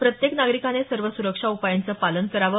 प्रत्येक नागरिकाने सर्व सुरक्षा उपायांचं पालन करावं